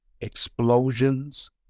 Explosions